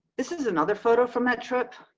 this is another photo from that trip.